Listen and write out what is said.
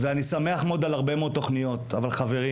אני שמח מאוד על הרבה מאוד תכניות, אבל חברים